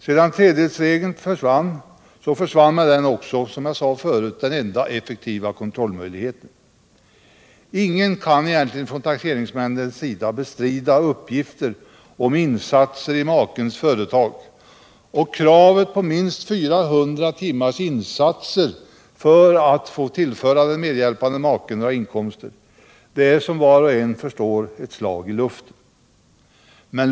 När tredjedelsregeln avskaffades försvann med den, som jag förut sade, också den enda effektiva kontrollmöjligheten. Ingen taxeringsnämnd kan bestrida Finansdebatt Finansdebatt uppgifter om arbetsinsatser i makens företag, och kravet på minst 400 timmars insatser för att få tillföra medhjälpande make inkomster är som var och en förstår ett slag i luften.